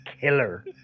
killer